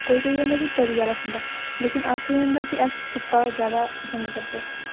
कोई कोई होंदा कि तरी आह्ला खन्दा लेकिन असें एह् होंदा कि अस सुक्का ज्यादा पसंद करदे